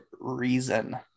Reason